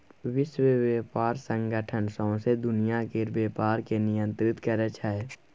विश्व बेपार संगठन सौंसे दुनियाँ केर बेपार केँ नियंत्रित करै छै